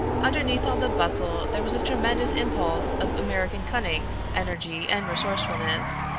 underneath all the bustle there was a tremendous impulse of american cunning, energy and resourcefulness.